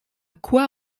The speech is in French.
quoi